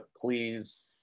please